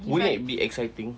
won't it be exciting